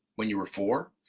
when you were four?